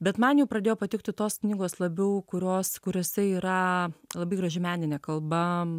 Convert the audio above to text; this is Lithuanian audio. bet man jau pradėjo patikti tos knygos labiau kurios kuriose yra labai graži meninė kalba